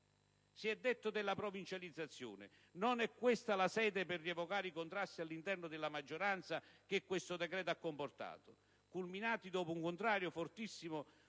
Si è detto della provincializzazione: non è questa la sede per rievocare i contrasti all'interno della maggioranza che questo decreto ha comportato, culminati, dopo un contrasto fortissimo